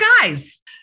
guys